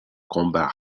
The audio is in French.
combat